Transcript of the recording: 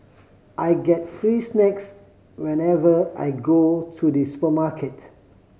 I get free snacks whenever I go to the supermarket